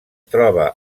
troba